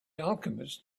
alchemist